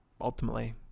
ultimately